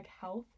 health